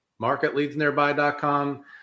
Marketleadsnearby.com